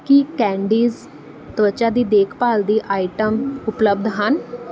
ਕੀ candies ਤਵੱਚਾ ਦੀ ਦੇਖ ਭਾਲ ਦੀ ਆਇਟਮ ਉਪਲੱਬਧ ਹਨ